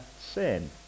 sin